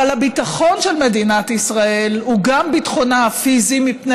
אבל הביטחון של מדינת ישראל הוא גם ביטחונה הפיזי מפני